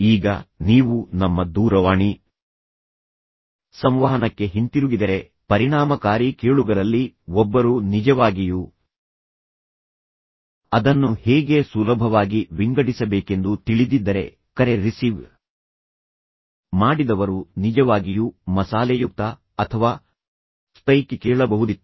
ಈಗ ನೀವು ನಮ್ಮ ದೂರವಾಣಿ ಸಂವಹನಕ್ಕೆ ಹಿಂತಿರುಗಿದರೆ ಪರಿಣಾಮಕಾರಿ ಕೇಳುಗರಲ್ಲಿ ಒಬ್ಬರು ನಿಜವಾಗಿಯೂ ಅದನ್ನು ಹೇಗೆ ಸುಲಭವಾಗಿ ವಿಂಗಡಿಸಬೇಕೆಂದು ತಿಳಿದಿದ್ದರೆ ಕರೆ ರಿಸೀವ್ ಮಾಡಿದವರು ನಿಜವಾಗಿಯೂ ಮಸಾಲೆಯುಕ್ತ ಅಥವಾ ಸ್ಪೈಕಿ ಕೇಳಬಹುದಿತ್ತು